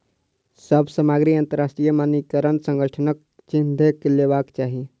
सभ सामग्री अंतरराष्ट्रीय मानकीकरण संगठनक चिन्ह देख के लेवाक चाही